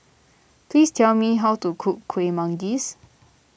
please tell me how to cook Kueh Manggis